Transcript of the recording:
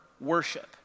worship